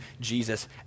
Jesus